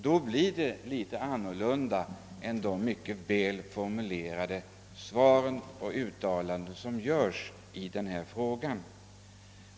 Det är någonting annat än de mycket väl formulerade svar och uttalanden som avges i denna fråga.